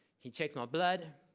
he checked my blood.